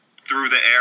through-the-air